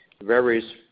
varies